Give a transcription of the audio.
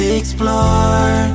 explore